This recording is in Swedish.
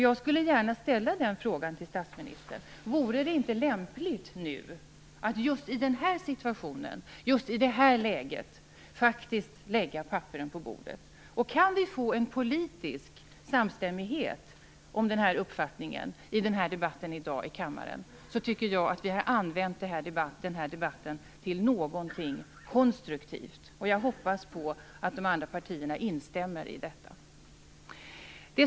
Jag skulle gärna vilja fråga statsministern: Vore det inte lämpligt att just i det här läget faktiskt lägga papperen på bordet? Om vi i denna debatt i kammaren i dag kan få en politisk samstämmighet om denna uppfattning tycker jag att vi använt den här debatten till någonting konstruktivt. Jag hoppas att de andra partierna instämmer i detta.